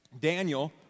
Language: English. Daniel